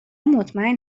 مطمئن